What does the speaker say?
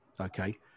okay